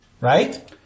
Right